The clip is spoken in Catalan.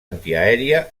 antiaèria